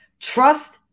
Trust